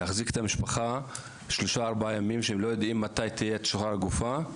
להחזיק את המשפחה שלושה-ארבעה ימים כשהם לא יודעים מתי תשוחרר הגופה,